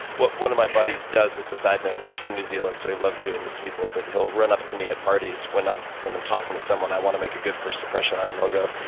one of my buddies does, as a side note he's from new zealand so he loves doing this to people. but he'll run up to me at parties when i'm when i'm talking to someone i want to make a good first impression on. and he'll go,